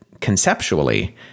conceptually